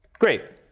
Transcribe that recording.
great.